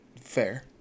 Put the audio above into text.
Fair